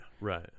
Right